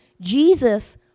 Jesus